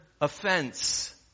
offense